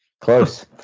Close